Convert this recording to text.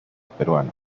peruano